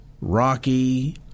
rocky